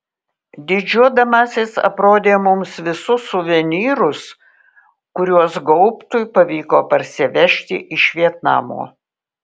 didžiuodamasis aprodė mums visus suvenyrus kuriuos gaubtui pavyko parsivežti iš vietnamo